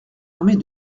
armée